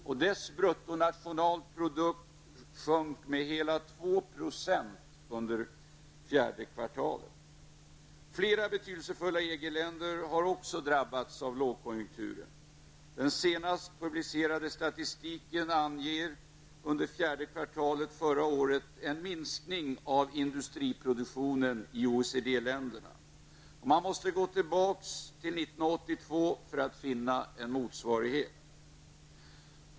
Landets bruttonationalprodukt sjönk med hela 2 % under fjärde kvartalet. Flera betydelsefulla EG-länder har också drabbats av lågkonjukturen. Den senast publicerade statistiken anger för fjärde kvartalet förra året en minskning av industriproduktionen i OECD länderna. Man får gå tillbaks till 1982 för att finna en motsvarighet.